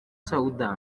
soudan